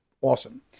awesome